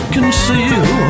Conceal